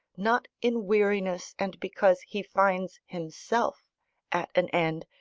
not in weariness and because he finds himself at an end,